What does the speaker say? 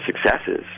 successes